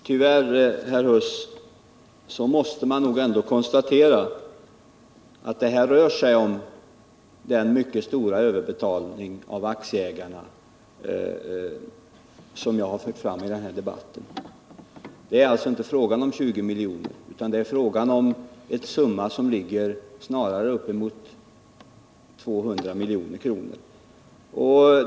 Herr talman! Tyvärr, herr Huss, måste man ändå konstatera att det här rör sig om den mycket stora överbetalning till aktieägarna som jag har talat om i denna debatt. Det är alltså inte fråga om 20 milj.kr. utan om en summa som snarare ligger uppemot 200 milj.kr.